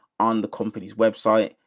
on the company's website,